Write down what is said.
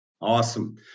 Awesome